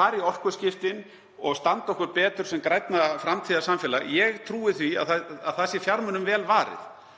fara í orkuskiptin og standa okkur betur sem grænna framtíðarsamfélag. Ég trúi því að þar sé fjármunum vel varið